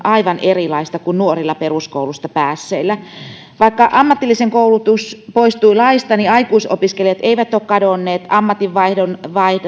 aivan erilaisia kuin nuorilla peruskoulusta päässeillä vaikka ammatillinen aikuiskoulutus poistui laista niin aikuisopiskelijat eivät ole kadonneet ammatinvaihtajat